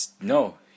no